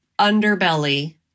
underbelly